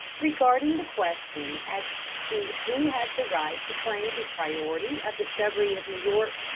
regarding the question as to who has the right to claim the priority of discovery of new york,